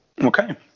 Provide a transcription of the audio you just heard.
Okay